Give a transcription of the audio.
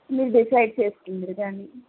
మీరు డిసైడ్ చేసుకుందురు కానీ